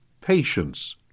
patience